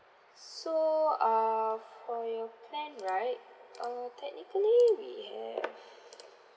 so uh for your plan right uh technically we have